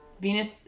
Venus